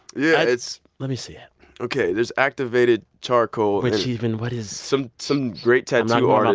yeah, it's. let me see it ok, there's activated charcoal. which even what is. some some great tattoo artist.